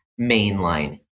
mainline